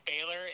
Baylor